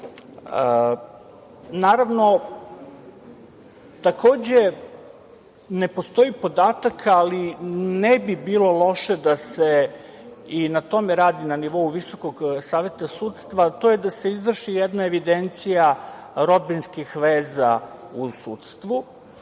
studija. Takođe, ne postoji podatak, ali ne bi bilo loše da se i na tome radi na nivou Visokog saveta sudstva, to je da se izvrši jedna evidencija rodbinskih veza u sudstvu.